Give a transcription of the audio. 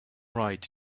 right